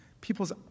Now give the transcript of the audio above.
People's